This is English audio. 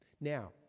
Now